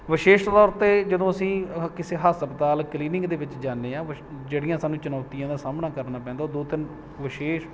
ਵਿਸ਼ੇਸ਼ ਤੌਰ 'ਤੇ ਜਦੋਂ ਅਸੀਂ ਕਿਸੇ ਹਸਪਤਾਲ ਕਲੀਨਿਕ ਦੇ ਵਿੱਚ ਜਾਂਦੇ ਹਾਂ ਵਿਸ਼ ਜਿਹੜੀਆਂ ਸਾਨੂੰ ਚੁਣੌਤੀਆਂ ਦਾ ਸਾਹਮਣਾ ਕਰਨਾ ਪੈਂਦਾ ਉਹ ਦੋ ਤਿੰਨ ਵਿਸ਼ੇਸ਼